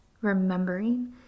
remembering